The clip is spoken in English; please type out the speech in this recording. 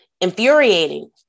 infuriating